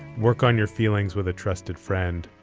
work on your feelings with a trusted friend.